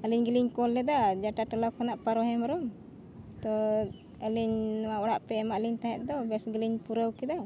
ᱟᱹᱞᱤᱧ ᱜᱮᱞᱤᱧ ᱠᱚᱞ ᱞᱮᱫᱟ ᱡᱟᱴᱟ ᱴᱚᱞᱟ ᱠᱷᱚᱱᱟᱜ ᱯᱟᱨᱚ ᱦᱮᱢᱵᱨᱚᱢ ᱛᱚ ᱟᱹᱞᱤᱧ ᱱᱚᱣᱟ ᱚᱲᱟᱜ ᱯᱮ ᱮᱢᱟᱜ ᱞᱤᱧ ᱛᱟᱦᱮᱸᱜ ᱫᱚ ᱵᱮᱥ ᱜᱮᱞᱤᱧ ᱯᱩᱨᱟᱹᱣ ᱠᱮᱫᱟ